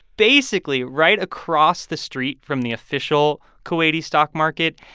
basically, right across the street from the official kuwaiti stock market,